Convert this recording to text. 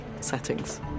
settings